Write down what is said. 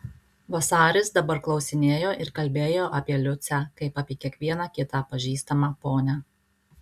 vasaris dabar klausinėjo ir kalbėjo apie liucę kaip apie kiekvieną kitą pažįstamą ponią